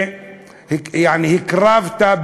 יעני הקרבת,